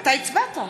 (קוראת בשמות חברי הכנסת)